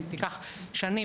היא תיקח שנים,